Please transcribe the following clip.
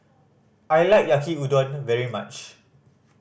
I like Yaki Udon very much